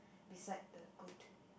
beside the goat